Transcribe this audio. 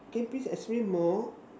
can you please explain more